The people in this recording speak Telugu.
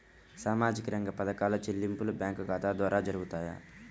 సామాజిక రంగ పథకాల చెల్లింపులు బ్యాంకు ఖాతా ద్వార జరుగుతాయా?